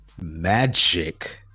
Magic